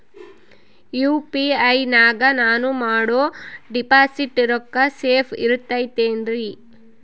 UPI ನಾಗ ನಾನು ಮಾಡೋ ಡಿಪಾಸಿಟ್ ರೊಕ್ಕ ಸೇಫ್ ಇರುತೈತೇನ್ರಿ?